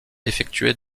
effectué